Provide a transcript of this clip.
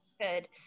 good